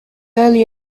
early